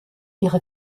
ihre